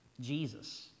Jesus